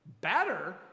Better